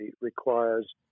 requires